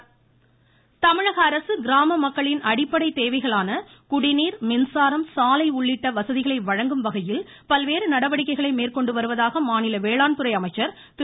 துரைக்கண்ணு தமிழக அரசு கிராம மக்களின் அடிப்படை தேவைகளான குடிநீர் மின்சாரம் சாலை உள்ளிட்ட வசதிகளை வழங்கும் வகையில் பல்வேறு நடவடிக்கைகளை மேற்கொண்டு வருவதாக மாநில வேளாண் துறை அமைச்சர் திரு